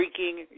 freaking